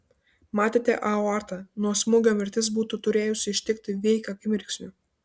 matėte aortą nuo smūgio mirtis būtų turėjusi ištikti veik akimirksniu